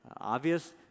obvious